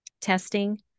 testing